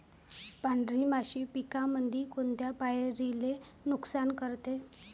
पांढरी माशी पिकामंदी कोनत्या पायरीले नुकसान करते?